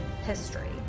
history